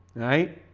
right?